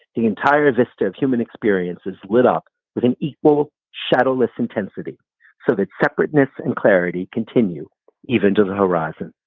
the entire vista of human experience is lit up with an equal shadowless intensity so that separateness and clarity continue even to the horizon.